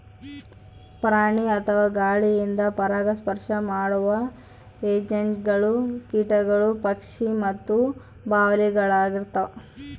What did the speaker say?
ಪ್ರಾಣಿ ಅಥವಾ ಗಾಳಿಯಿಂದ ಪರಾಗಸ್ಪರ್ಶ ಮಾಡುವ ಏಜೆಂಟ್ಗಳು ಕೀಟಗಳು ಪಕ್ಷಿ ಮತ್ತು ಬಾವಲಿಳಾಗಿರ್ತವ